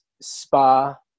spa